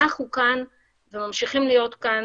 אנחנו כאן וממשיכים להיות כאן